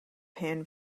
pan